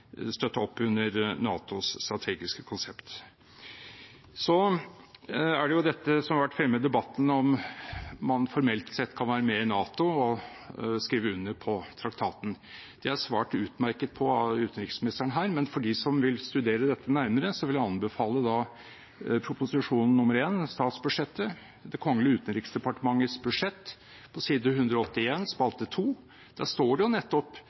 støtte opp under NATOs strategiske konsept. Så er det dette som har vært fremme i debatten om hvorvidt man formelt sett kan være med i NATO og skrive under på traktaten. Det er det svart utmerket på av utenriksministeren her, men for dem som vil studere dette nærmere, vil jeg anbefale Prop. 1 S for 2018–2019, statsbudsjettet, Det kongelige utenriksdepartements budsjett, side 181, spalte 2. Der står det nettopp